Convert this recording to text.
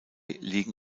liegen